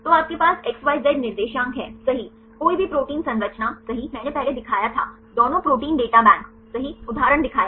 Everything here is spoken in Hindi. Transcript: तो आपके पास XYZ निर्देशांक है सही कोई भी प्रोटीन संरचना सही मैंने पहले दिखाया था दोनों प्रोटीन डेटा बैंक सही उदाहरण दिखाया